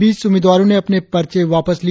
बीस उम्मीदवारों ने अपने पर्चे वापस लिए